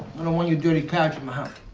i don't want your dirty cash in